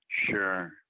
Sure